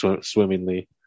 swimmingly